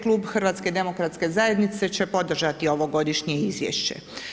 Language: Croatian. Klub HDZ-a će podržati ovogodišnje izvješće.